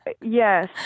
yes